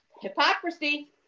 Hypocrisy